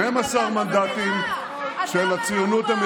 אתה מדבר גבוה, אתה לא יכול לעשות שום דבר.